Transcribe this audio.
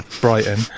Brighton